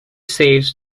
saves